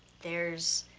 there's,